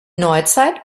neuzeit